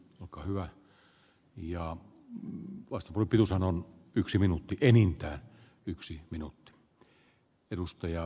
onko hyvä ja vasta kun piru sanoo yksi minun piti niinpä yksi arvoisa herra puhemies